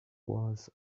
was